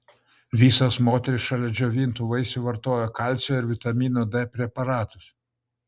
visos moterys šalia džiovintų vaisių vartojo kalcio ir vitamino d preparatus